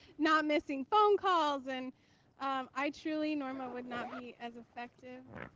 not missing phone calls and i truly norma would not be as effective